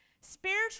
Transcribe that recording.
Spiritual